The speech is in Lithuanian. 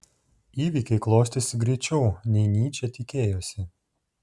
įvykiai klostėsi greičiau nei nyčė tikėjosi